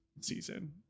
season